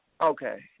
Okay